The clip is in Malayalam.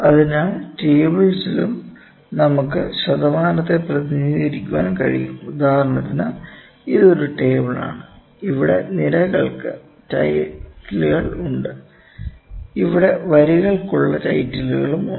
അതിനാൽ റ്റേബിൾസിലും നമുക്ക് ശതമാനത്തെ പ്രതിനിധീകരിക്കാൻ കഴിയും ഉദാഹരണത്തിന് ഇത് ഒരു ടേബിൾ ആണ് ഇവിടെ നിരകൾക്ക് ടൈറ്റിൽസ് ഉണ്ട് ഇവിടെ വരികൾക്കുള്ള ടൈറ്റിൽസ് ഉണ്ട്